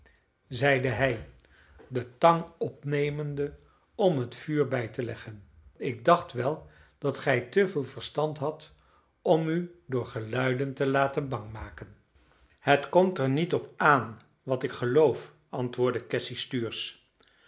zeide hij de tang opnemende om het vuur bij te leggen ik dacht wel dat gij te veel verstand hadt om u door geluiden te laten bang maken het komt er niet op aan wat ik geloof antwoordde cassy stuursch